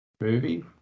movie